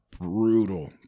brutal